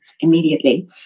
immediately